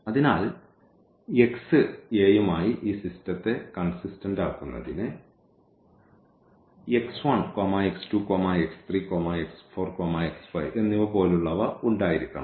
അതിനാൽ x Aയുമായി ഈ സിസ്റ്റത്തെ കൺസിസ്റ്റന്റ് ആക്കുന്നതിന് എന്നിവപോലുള്ളവ ഉണ്ടായിരിക്കണം